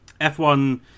F1